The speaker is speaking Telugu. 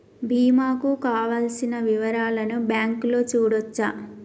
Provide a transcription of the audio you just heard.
బీమా కు కావలసిన వివరాలను బ్యాంకులో చూడొచ్చా?